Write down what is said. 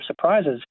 surprises